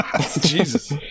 jesus